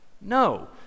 No